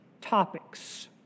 topics